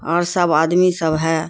اور سب آدمی سب ہے